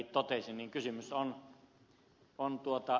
mutta niin kuin ed